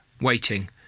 waiting